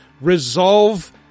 resolve